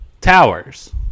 towers